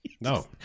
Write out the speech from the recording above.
No